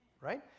Right